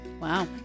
Wow